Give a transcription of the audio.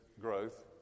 growth